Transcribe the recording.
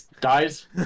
dies